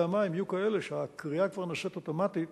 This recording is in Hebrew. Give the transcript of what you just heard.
המים יהיו כאלה שהקריאה כבר נעשית אוטומטית